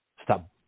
Stop